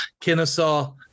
Kennesaw